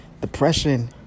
Depression